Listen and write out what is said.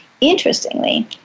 interestingly